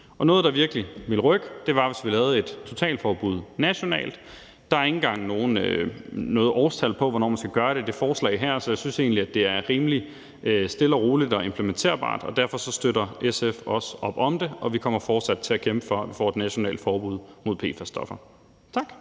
noget, der virkelig ville rykke, var, hvis vi lavede et totalforbud nationalt. Der er ikke engang noget årstal på, hvornår man skal gøre det, i det forslag her, så jeg synes egentlig, det er rimelig stille og roligt og implementerbart. Derfor støtter SF også op om det, og vi kommer fortsat til at kæmpe for, at vi får et nationalt forbud mod PFAS-stoffer. Tak.